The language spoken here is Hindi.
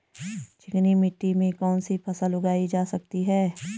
चिकनी मिट्टी में कौन सी फसल उगाई जा सकती है?